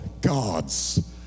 gods